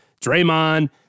Draymond